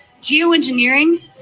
geoengineering